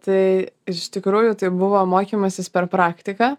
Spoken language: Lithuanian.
tai iš tikrųjų tai buvo mokymasis per praktiką